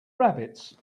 rabbits